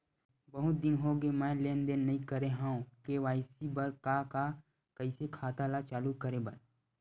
बहुत दिन हो गए मैं लेनदेन नई करे हाव के.वाई.सी बर का का कइसे खाता ला चालू करेबर?